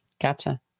Gotcha